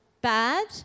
bad